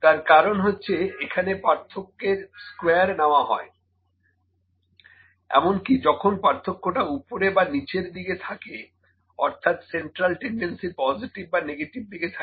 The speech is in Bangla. তার কারণ হচ্ছে এখানে পার্থক্যের স্কয়ার নেওয়া হয় এমনকি যখন পার্থক্যটা ওপরে বা নিচের দিকে থাকে অর্থাৎ সেন্ট্রাল টেন্ডেন্সির পজিটিভ বা নেগেটিভ দিকে থাকে